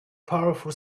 powerful